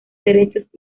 derechos